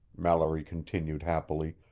mallory continued happily,